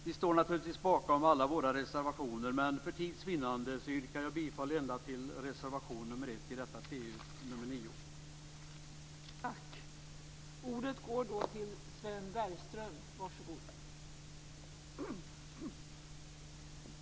Vi står naturligtvis bakom alla våra reservationer, men för tids vinnande yrkar jag bifall endast till reservation nr 1 i trafikutskottets betänkande 9.